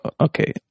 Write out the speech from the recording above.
Okay